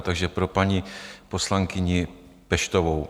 Takže pro paní poslankyni Peštovou.